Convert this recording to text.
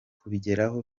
kubigeraho